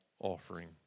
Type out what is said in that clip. offering